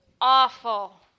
awful